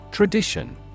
Tradition